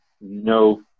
no